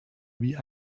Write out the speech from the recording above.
wie